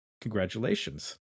congratulations